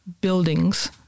buildings